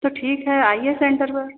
तो ठीक है आइए सेंटर पर